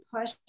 push